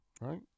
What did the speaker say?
right